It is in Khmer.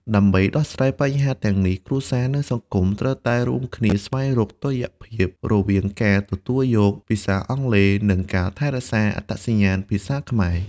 ដើម្បីដោះស្រាយបញ្ហាទាំងនេះ គ្រួសារ និងសង្គមត្រូវតែរួមគ្នាស្វែងរកតុល្យភាពរវាងការទទួលយកភាសាអង់គ្លេស និងការថែរក្សាអត្តសញ្ញាណភាសាខ្មែរ។